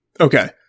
Okay